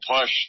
push